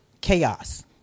chaos